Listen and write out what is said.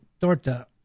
Torta